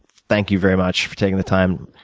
thank you very much for taking the time.